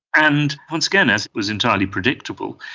and once again, as was entirely predictable,